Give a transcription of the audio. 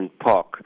Park